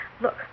look